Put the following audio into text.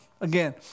Again